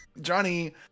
Johnny